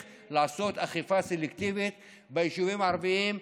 לעשות אכיפה סלקטיבית ביישובים הערביים,